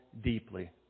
deeply